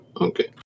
Okay